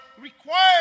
required